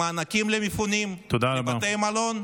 למענקים למפונים לבתי מלון,